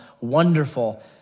wonderful